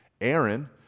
Aaron